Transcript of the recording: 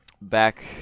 back